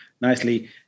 nicely